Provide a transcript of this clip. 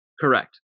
Correct